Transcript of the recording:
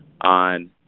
on